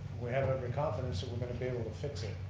we have every confidence that we're going to be able to fix it,